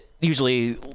usually